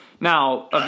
Now